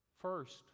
first